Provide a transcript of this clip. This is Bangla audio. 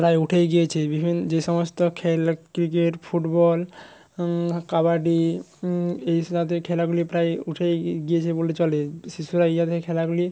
প্রায় উঠেই গিয়েছে বিভিন যে সমস্ত খেলা ক্রিকেট ফুটবল কাবাডি এই স্লাতের খেলাগুলো প্রায় উঠেই গিয়েছে বললে চলে শিশুরা এই জাতের খেলাগুলি